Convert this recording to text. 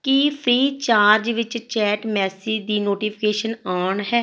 ਕੀ Freecharge ਵਿੱਚ chat message ਦੀ notification on ਹੈ